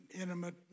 intimate